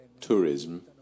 tourism